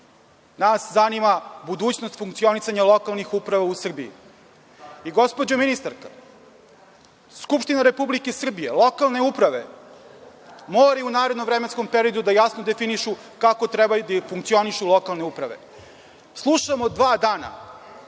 nas zanima budućnost funkcionisanja lokalnih uprava u Srbiji. Gospođo ministarka, Skupština Republike Srbije, lokalne uprave moraju u narednom vremenskom periodu da jasno definišu kako treba da funkcionišu lokalne uprave. Slušamo dva dana